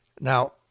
Now